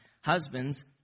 Husbands